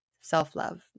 self-love